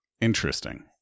Interesting